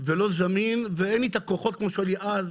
פיזית או זמין, אין לי את הכוחות כמו שהיו לי אז.